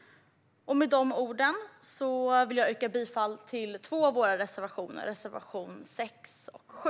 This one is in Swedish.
Med de orden vill jag yrka bifall till två av våra reservationer, nämligen nr 6 och 7.